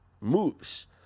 moves